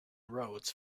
roads